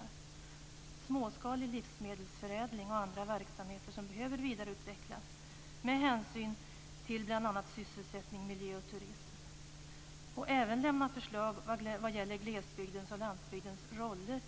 Det gäller bl.a. småskalig livsmedelsförädling och andra verksamheter som behöver vidareutvecklas med hänsyn till bl.a. sysselsättning, miljö och turism. Den skall även lämna förslag vad gäller glesbygdens och landsbygdens roller